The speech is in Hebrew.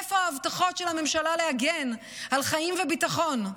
איפה ההבטחות של הממשלה להגן על חיים וביטחון?